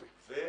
והציבור,